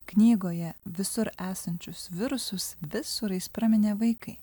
knygoje visur esančius virusus visurais praminė vaikai